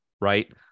right